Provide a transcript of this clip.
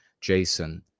Jason